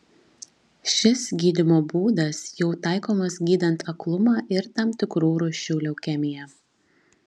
šis gydymo būdas jau taikomas gydant aklumą ir tam tikrų rūšių leukemiją